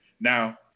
Now